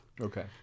Okay